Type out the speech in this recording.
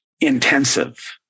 intensive